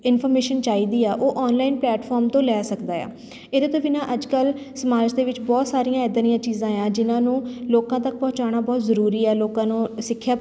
information ਚਾਹੀਦੀ ਆ ਉਹ ਔਨਲਾਈਨ ਪਲੇਟਫਾਰਮ ਤੋਂ ਲੈ ਸਕਦਾ ਆ ਇਹਦੇ ਤੋਂ ਬਿਨਾਂ ਅੱਜ ਕੱਲ੍ਹ ਸਮਾਜ ਦੇ ਵਿੱਚ ਬਹੁਤ ਸਾਰੀਆਂ ਇੱਦਾਂ ਦੀਆਂ ਚੀਜ਼ਾਂ ਆ ਜਿਨ੍ਹਾਂ ਨੂੰ ਲੋਕਾਂ ਤੱਕ ਪਹੁੰਚਾਉਣਾ ਬਹੁਤ ਜ਼ਰੂਰੀ ਹੈ ਲੋਕਾਂ ਨੂੰ ਸਿੱਖਿਆ